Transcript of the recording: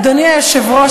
אדוני היושב-ראש,